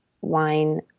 wine